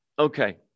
Okay